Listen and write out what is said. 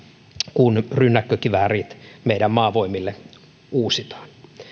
kun rynnäkkökiväärit meidän maavoimille uusitaan